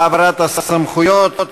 כפי שמסר לנו